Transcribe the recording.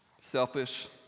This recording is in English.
selfish